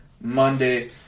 Monday